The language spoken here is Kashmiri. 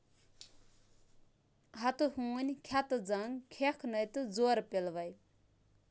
ہَتہٕ ہوٗنی کھٮ۪تہٕ زَنگ کھٮ۪کھ نے تہٕ زورٕ پِلوَے